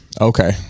Okay